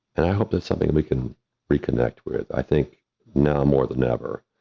and i hope that's something that we can reconnect with, i think now more than ever,